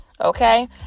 okay